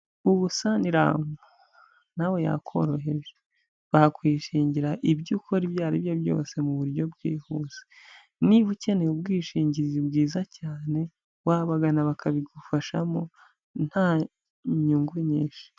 Ubu Sanlam nawe yakorohereje, bakwishingira ibyo ukora ibyo ari byo byose, mu buryo bwihuse, niba ukeneye ubwishingizi bwiza cyane, wabagana bakabigufashamo nta nyungu nyinshi.